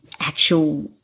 actual